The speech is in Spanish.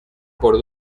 por